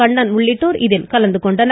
கண்ணன் உள்ளிட்டோர் இதில் கலந்து கொண்டனர்